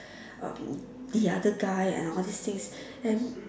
um the other guy and all these things and